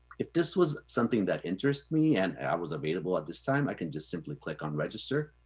if this was something that interests me, and i was available at this time, i can just simply click on register,